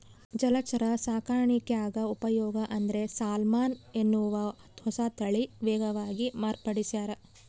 ಜಲಚರ ಸಾಕಾಣಿಕ್ಯಾಗ ಉಪಯೋಗ ಅಂದ್ರೆ ಸಾಲ್ಮನ್ ಎನ್ನುವ ಹೊಸತಳಿ ವೇಗವಾಗಿ ಮಾರ್ಪಡಿಸ್ಯಾರ